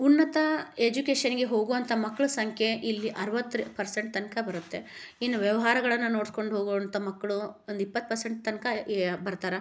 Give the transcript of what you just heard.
ಉನ್ನತ ಎಜುಕೇಶನ್ನಿಗೆ ಹೋಗುವಂಥ ಮಕ್ಳ ಸಂಖ್ಯೆ ಇಲ್ಲಿ ಅರ್ವತ್ತು ಪೆರ್ಸೆಂಟ್ ತನಕ ಬರುತ್ತೆ ಇನ್ನು ವ್ಯವಹಾರಗಳನ್ನು ನೋಡ್ಕೊಂಡು ಹೋಗೋವಂಥ ಮಕ್ಕಳು ಒಂದಿಪ್ಪತ್ತು ಪರ್ಸೆಂಟ್ ತನಕ ಈ ಬರ್ತಾರೆ